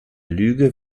lüge